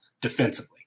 defensively